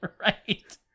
right